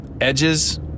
edges